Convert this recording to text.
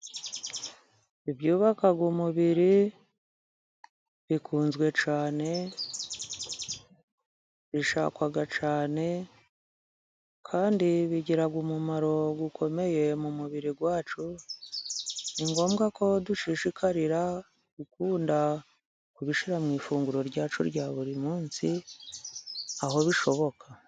Ibyubaka umubiri bikunzwe cyane, bishakwa cyane, kandi bigira umumaro ukomeye mu mubiri wacu. Ni ngombwa ko dushishikarira gukunda kubishyira mu ifunguro ryacu rya buri munsi, aho bishoboka.